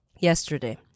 yesterday